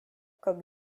как